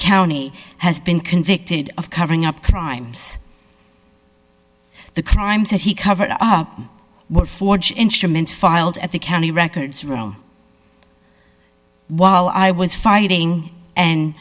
county has been convicted of covering up crimes the crimes that he covered up were forged instrument filed at the county records room while i was fighting and